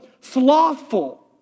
slothful